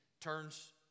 turns